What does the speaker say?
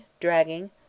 dragging